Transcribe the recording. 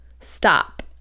Stop